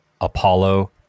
Apollo